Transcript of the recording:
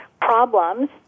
problems